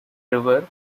river